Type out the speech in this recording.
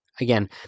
Again